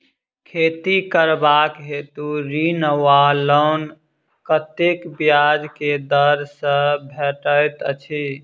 खेती करबाक हेतु ऋण वा लोन कतेक ब्याज केँ दर सँ भेटैत अछि?